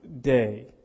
day